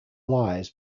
lies